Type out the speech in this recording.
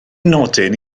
nodyn